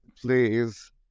please